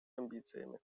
амбициями